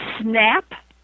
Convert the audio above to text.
snap